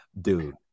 dude